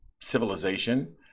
civilization